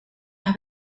las